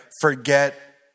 forget